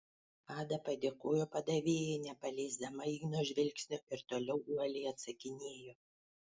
ada padėkojo padavėjai nepaleisdama igno žvilgsnio ir toliau uoliai atsakinėjo